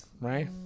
Right